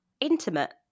intimate